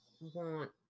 Want